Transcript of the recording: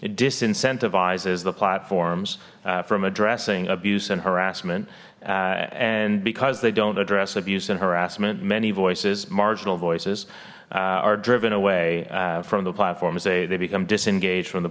disincentivizes the platforms from addressing abuse and harassment and because they don't address abuse and harassment many voices marginal voices are driven away from the platforms they they become disengaged from the